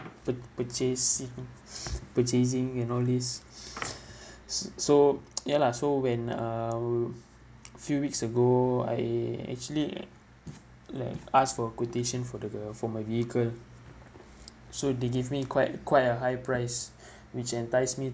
pur~ purchasing purchasing and all this s~ so ya lah so when uh few weeks ago I actually like like ask for a quotation for the uh for my vehicle so they give me quite quite a high price which entice me